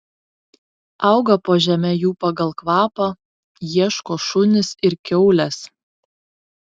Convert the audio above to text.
auga po žeme jų pagal kvapą ieško šunys ir kiaulės